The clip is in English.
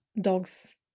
dogs